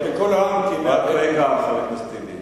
רק רגע, חבר הכנסת טיבי.